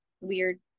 weird